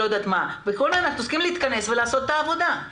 אנחנו צריכים להתכנס ולעשות את העבודה.